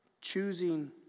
Choosing